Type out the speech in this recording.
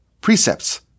precepts